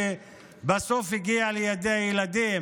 שבסוף הגיע לידי הילדים.